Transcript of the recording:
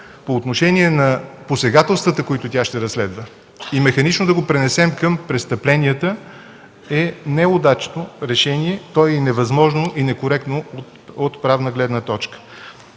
по отношение на посегателствата, които тя ще разследва и механично да ги пренесем към престъпленията, е неудачно решение, то е невъзможно и некоректно от правна гледна точка.